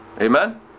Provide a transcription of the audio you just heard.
Amen